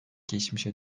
geçmişe